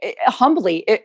humbly